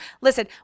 listen